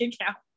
account